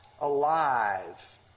alive